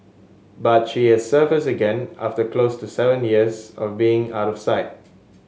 but she has surfaced again after close to seven years of being out of sight